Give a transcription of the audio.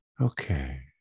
Okay